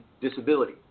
disability